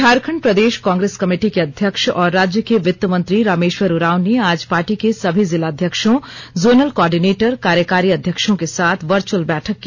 झारखंड प्रदेश कांग्रेस कमेटी के अध्यक्ष और राज्य के वित्त मंत्री रामेश्वर उरांव ने आज पार्टी के सभी जिलाध्यक्षोंजोनल कोर्डिनेटर कार्यकारी अध्यक्षों के साथ वर्चुअल बैठक की